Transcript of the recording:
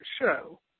show